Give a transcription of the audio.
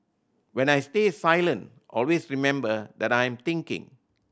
when I stay silent always remember that I'm thinking